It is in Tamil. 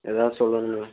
ஏதாவது சொல்லுங்கள்